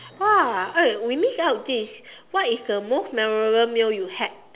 !wow! eh we missed out this what is the most memorable meal you had